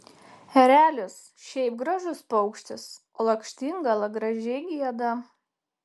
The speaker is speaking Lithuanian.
erelis šiaip gražus paukštis o lakštingala gražiai gieda